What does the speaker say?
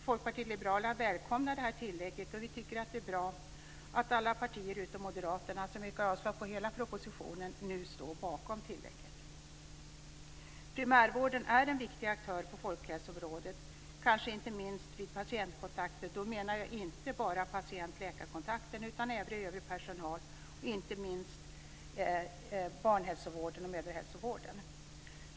Folkpartiet liberalerna välkomnar detta tillägg, och vi tycker att det är bra att alla partier - utom Moderaterna, som yrkar avslag på hela propositionen - nu står bakom tillägget. Primärvården är en viktig aktör på folkhälsoområdet, kanske inte minst vid patientkontakter - och då menar jag inte bara patient-läkar-kontakten utan även kontakten med övrig personal - liksom inte minst inom barnhälsovården och mödrahälsovården.